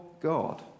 God